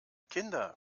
kinder